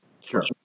Sure